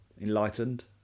Enlightened